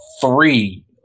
three